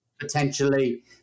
potentially